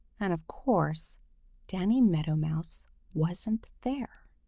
and of course danny meadow mouse wasn't there.